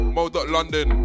Mode.london